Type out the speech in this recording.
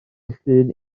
llun